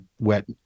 wet